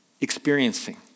experiencing